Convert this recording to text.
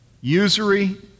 usury